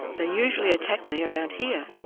they usually attack me around here.